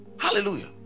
Hallelujah